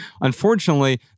Unfortunately